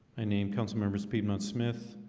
i named council members piedmont smith